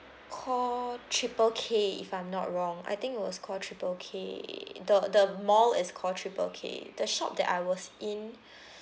called triple K if I'm not wrong I think it was called triple K the the mall is called triple K the shop that I was in